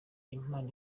impano